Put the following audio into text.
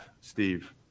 Steve